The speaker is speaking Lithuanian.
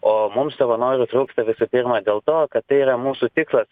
o mums savanorių trūksta visų pirma dėl to kad tai yra mūsų tikslas